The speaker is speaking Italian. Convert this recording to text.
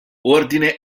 ordine